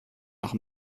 nach